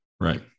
Right